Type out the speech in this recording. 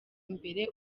imbere